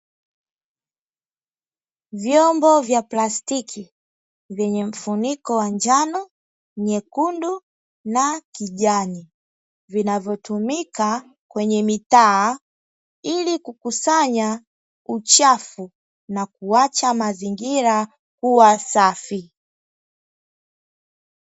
Vyombo vya plastiki vyenye mfuniko wa njano, nyekundu na kijani vinavyotumika kwenye mitaa ili kukusanya uchafu na kuacha mazingira kuwa safi.